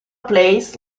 place